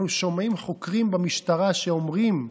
אנחנו שומעים חוקרים במשטרה שאומרים בקולם: